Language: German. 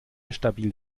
stabil